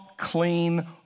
clean